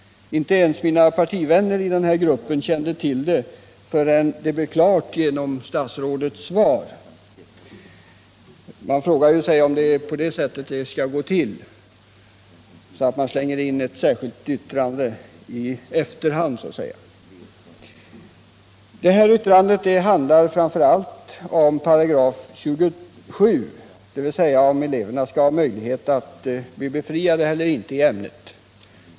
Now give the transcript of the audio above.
Inte ens mina partivänner i den nämnda grup pen kände till det förrän det blev klart genom statsrådets svar. Man Nr 39 frågar sig om det är på det sättet det skall gå till — att man slänger in ett särskilt yttrande i efterhand. Detta yttrande handlar framför allt om 27 §, dvs. huruvida eleverna. I skall ha möjlighet att bli befriade eller inte från ämnet.